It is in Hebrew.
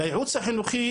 לייעוץ החינוכי,